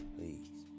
Please